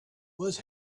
was